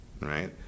right